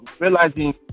realizing